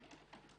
כן.